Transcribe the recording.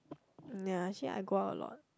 Nah actually I go out a lot